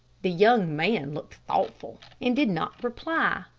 the young man looked thoughtful, and did not reply.